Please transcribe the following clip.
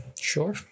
sure